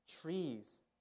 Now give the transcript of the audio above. trees